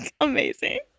Amazing